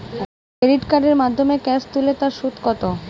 Credit কার্ডের মাধ্যমে cash তুলে তার সুদ কত?